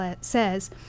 says